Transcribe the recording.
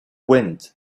wind